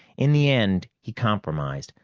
in the end, he compromised,